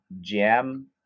jam